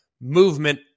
movement